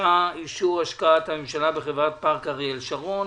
ביקשה אישור השקעת הממשלה בחברת פארק אריאל שרון.